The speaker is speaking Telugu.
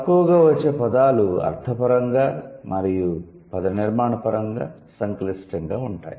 తక్కువగా వచ్చే పదాలు అర్థపరంగా మరియు పదనిర్మాణపరంగా సంక్లిష్టంగా ఉంటాయి